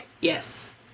Yes